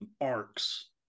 arcs